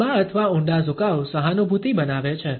લાંબા અથવા ઊંડા ઝુકાવ સહાનુભૂતિ બનાવે છે